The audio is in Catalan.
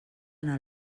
anar